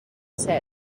cel